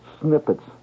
snippets